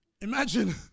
Imagine